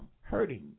hurting